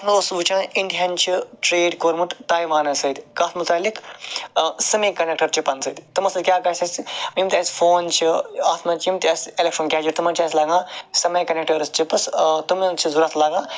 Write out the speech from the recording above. بہٕ اوسُس وٕچھان اِنڈیَہَن چھُ ٹریڈ کوٚرمُت تایوانَس سۭتۍ کتھ مُتعلِق سیمی کنڈَکٹر چپَن سۭتۍ تمو سۭتۍ کیاہ گَژھِ یِم تہِ اَسہِ فون چھِ یِم تہِ اسہِ ایٚلیٚکٹرانِک گیجَٹ تمن چھِ اَسہِ لگان سیمی کنڈَکٹر چپٕس تمن چھِ ضوٚرتھ لگان